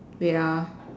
wait ah